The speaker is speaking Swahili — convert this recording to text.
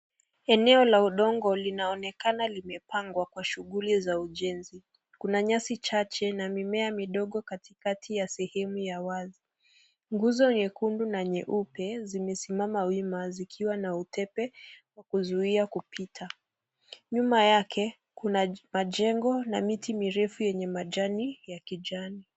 Eneo la udongo linaonekana limepangwa kwa shughuli za ujenzi. Kuna nyasi chache na mimea midogo katikati ya sehemu ya wazi. Nguzo nyekundu na nyeupe zimesimama wima zikiwa na utepe wa kuzuia kupita. Nyuma yake kuna majengo na miti mirefu yenye majani ya kijani.